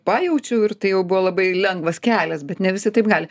pajaučiau ir tai jau buvo labai lengvas kelias bet ne visi taip gali